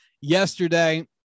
yesterday